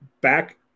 back